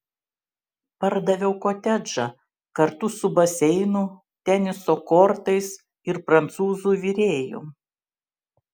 pardaviau kotedžą kartu su baseinu teniso kortais ir prancūzų virėju